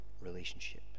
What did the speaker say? relationship